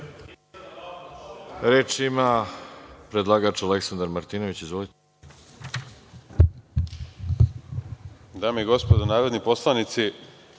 Reč ima predlagač Aleksandar Martinović. Izvolite.